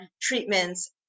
treatments